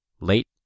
late